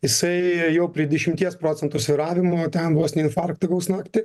jisai jau prie dešimties procentų svyravimo ten vos ne infarktą gaus naktį